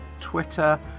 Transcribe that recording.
Twitter